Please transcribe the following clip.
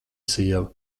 sieva